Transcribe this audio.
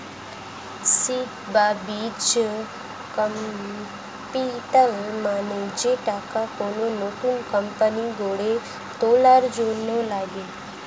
seed বা বীজ capital মানে যে টাকা কোন নতুন কোম্পানি গড়ে তোলার জন্য লাগে